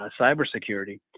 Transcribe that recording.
cybersecurity